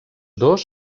dos